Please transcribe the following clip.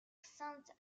sainte